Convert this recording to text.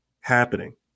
happening